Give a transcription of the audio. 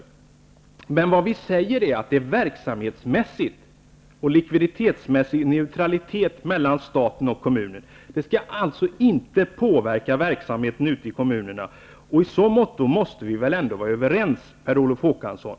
Vi framhåller att det skall vara verksamhetsmässig och likviditetsmässig neutralitet mellan staten och kommunen. Det skall alltså inte påverka verksamheten ute i kommunerna. Vi måste väl ändå, Per Olof Håkansson, vara överens om att vi båda har detta bekymmer?